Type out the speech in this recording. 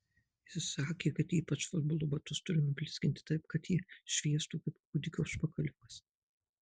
jis sakė kad ypač futbolo batus turiu nublizginti taip kad jie šviestų kaip kūdikio užpakaliukas